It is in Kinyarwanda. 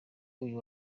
uyu